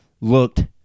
looked